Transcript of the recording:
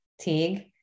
Teague